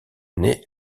naît